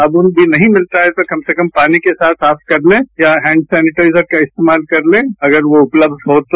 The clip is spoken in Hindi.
साबुन भी नहीं मिलता है तो कम से कम पानी के साथ साफ कर लें या हैंड सेनिटाइजर का इस्तेमाल कर लें अगर यो उपलब्ध हो तो